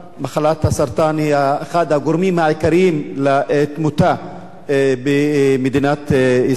מחלת הסרטן היא אחד הגורמים העיקריים לתמותה במדינת ישראל.